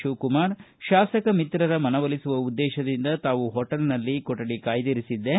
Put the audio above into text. ಶಿವಕುಮಾರ ಶಾಸಕ ಮಿತ್ರರ ಮನವೊಲಿಸುವ ಉದ್ದೇಶದಿಂದ ತಾವು ಹೋಟೆಲ್ನಲ್ಲಿ ಕೊಕಡಿ ಕಾಯ್ದಿರಿಸಿದ್ದೆ